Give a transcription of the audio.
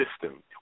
system